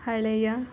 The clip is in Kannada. ಹಳೆಯ